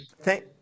thank